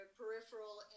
peripheral